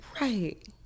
right